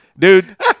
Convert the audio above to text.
Dude